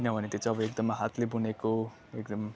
किनभने त्यो चाहिँ अब एकदम हातले बुनेको एकदम